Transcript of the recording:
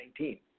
2019